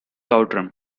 outram